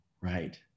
Right